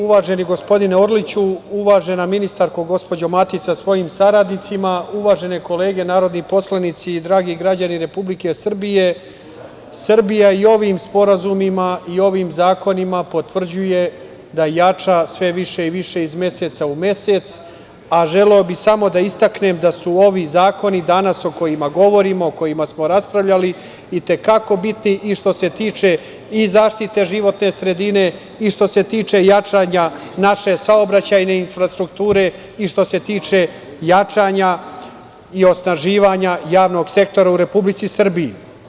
Uvaženi gospodine Orliću, uvažena ministarko gospođo Matić sa svojim saradnicima, uvažene kolege narodni poslanici i dragi građani Republike Srbije, Srbija i ovim sporazumima i ovim zakonima potvrđuje da jača sve više i više iz meseca u mesec, a želeo bih samo da istaknem da su ovi zakoni danas o kojima govorimo, o kojima smo raspravljali i te kako bitni i što se tiče i zaštite životne sredine i što se tiče jačanja naše saobraćajne infrastrukture i što se tiče jačanja i osnaživanja javnog sektora u Republici Srbiji.